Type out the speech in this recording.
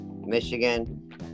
Michigan